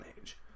Age